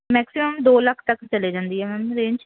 maximum ਦੋ ਲੱਖ ਤੱਕ ਚਲੀ ਜਾਂਦੀ ਹੈ ਮੈਮ ਰੇਂਜ